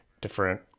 different